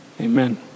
amen